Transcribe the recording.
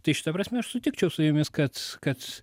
tai šita prasme aš sutikčiau su jumis kad kad